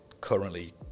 currently